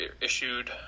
issued